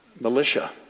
militia